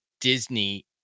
Disney